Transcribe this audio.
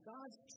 God's